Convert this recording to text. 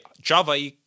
Java